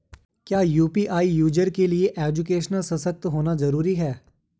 क्या UPI user के लिए एजुकेशनल सशक्त होना जरूरी है?